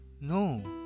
No